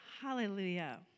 Hallelujah